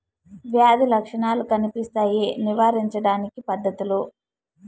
వ్యాధి లక్షణాలు కనిపిస్తాయి నివారించడానికి పద్ధతులు?